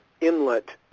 inlet